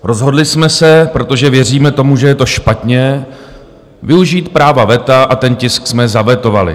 Rozhodli jsme se, protože věříme tomu, že je to špatně, využít práva veta a ten tisk jsme zavetovali.